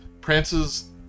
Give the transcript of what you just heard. prances